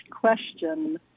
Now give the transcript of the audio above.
question